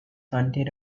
hunted